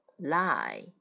lie